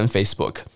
Facebook